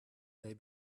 they